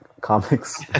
comics